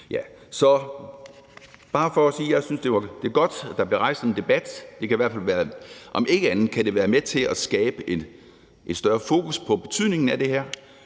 er bare for at sige, at det er godt, at der bliver rejst en debat. Om ikke andet kan det være med til at skabe et større fokus på betydningen af det her.